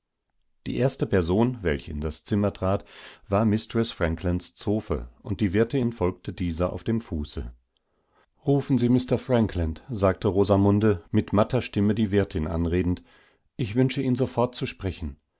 die erste person welche in das zimmer trat war mistreß franklands zofe und die wirtinfolgtedieseraufdemfuße rufen sie mr frankland sagte rosamunde mit matter stimme die wirtin anredend ich wünsche ihn sofort zu sprechen